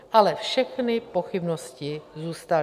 Ale všechny pochybnosti zůstaly.